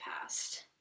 past